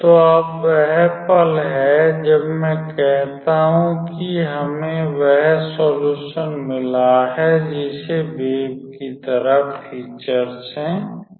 तो अब वह पल है जब मैं कहता हूं कि हमें वह सोल्यूशन मिला है जिसमे वेव की तरह फीचर्स है